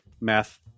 math